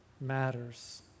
matters